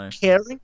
caring